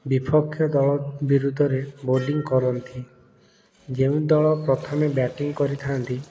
ବିପକ୍ଷ ଦଳ ବିରୁଦ୍ଧରେ ବୋଲିଂ କରନ୍ତି ଯେଉଁ ଦଳ ପ୍ରଥମେ ବ୍ୟାଟିଂ କରିଥାଆନ୍ତି